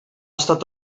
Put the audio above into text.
estat